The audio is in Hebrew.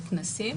לכנסים?